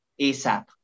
ASAP